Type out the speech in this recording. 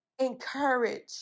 encourage